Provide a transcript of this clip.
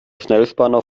schnellspanner